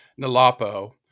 Nalapo